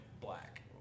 black